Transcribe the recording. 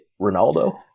Ronaldo